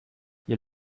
you